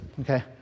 Okay